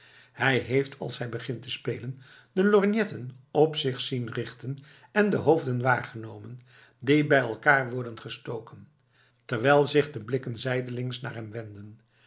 hij heeft als hij begint te spelen de lorgnetten op zich zien richten en de hoofden waargenomen die bij elkaar worden gestoken terwijl zich de blikken zijdelings naar hem wenden